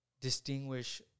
distinguish